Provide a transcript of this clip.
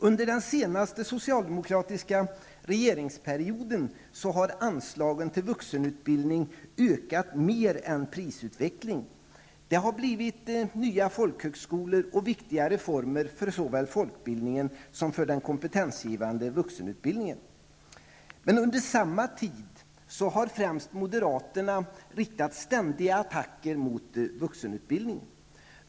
Under den senaste socialdemokratiska regeringsperioden har anslagen till vuxenutbildningen ökat mer än prisutvecklingen. Det har blivit nya folkhögskolor, och man har genomfört viktiga reformer för såväl folkbildningen som den kompetensgivande vuxenutbildningen. Men under samma tid har främst moderaterna riktat ständiga attacker mot vuxenutbildningen.